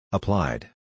Applied